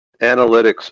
analytics